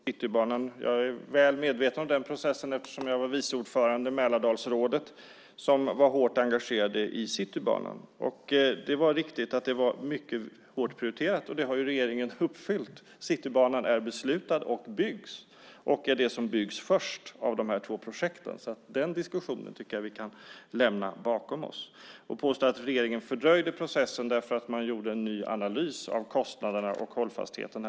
Fru talman! Jag vill göra en kort kommentar om Citybanan. Jag är väl medveten om den processen, eftersom jag var vice ordförande i Mälardalsrådet som var hårt engagerat i Citybanan. Det är riktigt att den var mycket hårt prioriterad. Det har regeringen uppfyllt. Citybanan är beslutad och byggs. Det är den som byggs först av dessa två projekt. Den diskussionen tycker jag att vi kan lämna bakom oss. Det påstås att regeringen fördröjde processen därför att man gjorde en ny analys av kostnaderna och hållfastheten.